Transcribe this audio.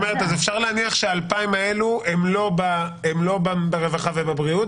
אז אפשר להניח שה-2,000 האלו הם לא ברווחה ובבריאות.